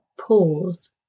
Pause